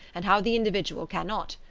and how the individual cannot.